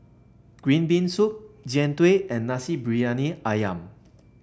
Green Bean Soup Jian Dui and Nasi Briyani ayam